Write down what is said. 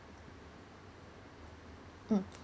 mm